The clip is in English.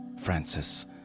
Francis